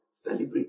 Celebrate